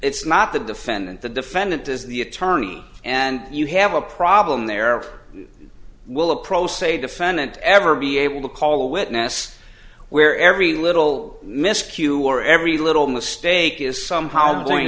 it's not the defendant the defendant is the attorney and you have a problem there or will a pro se defendant ever be able to call a witness where every little miscue or every little mistake is somehow going